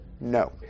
No